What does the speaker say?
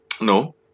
No